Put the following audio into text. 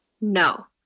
No